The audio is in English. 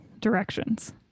directions